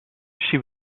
she